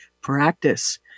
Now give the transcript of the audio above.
practice